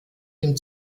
dem